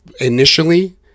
initially